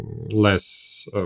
less